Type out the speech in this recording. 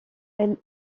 elle